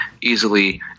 easily